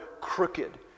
crooked